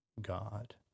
God